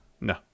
No